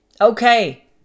Okay